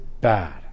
bad